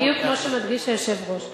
בדיוק כמו שמדגיש היושב-ראש.